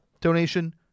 donation